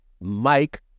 Mike